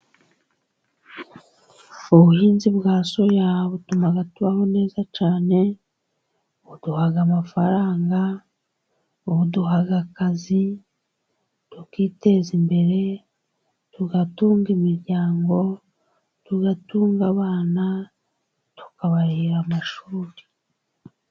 Ubuhinzi bwa soya butuma tubaho neza cyane buduhaha amafaranga, buduha akazi tukiteza imbere tugatunga imiryango, tugatunga abana tukabarihira amashuri.